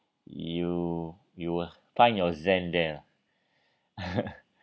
you you will find your zen there lah